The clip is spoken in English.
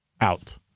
out